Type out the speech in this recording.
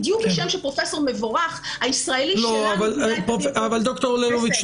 בדיוק כשם שפרופסור מבורך הישראלי שלנו --- אבל דוקטור ליבוביץ,